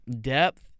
depth